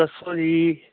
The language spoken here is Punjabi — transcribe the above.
ਦੱਸੋ ਜੀ